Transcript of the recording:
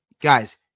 guys